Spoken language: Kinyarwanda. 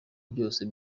byose